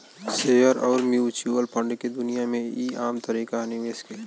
share अउर mutual fund के दुनिया मे ई आम तरीका ह निवेश के